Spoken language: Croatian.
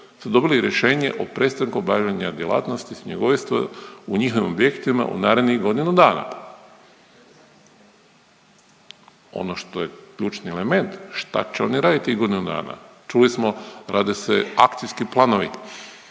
su dobili rješenje o prestanku obavljanja djelatnosti svinjogojstva u njihovim objektima u narednih godinu dana. Ono što je ključni element, šta će oni raditi tih godinu dana. Čuli smo rade se akcijski planovi,